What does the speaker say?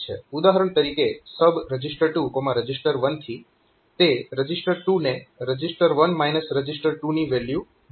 ઉદાહરણ તરીકે SUB reg2reg1 થી રજીસ્ટર 2 ને રજીસ્ટર 1 રજીસ્ટર 2 ની વેલ્યુ મળશે